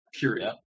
period